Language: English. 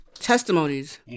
Testimonies